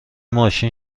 ماشین